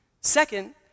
Second